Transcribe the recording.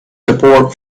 support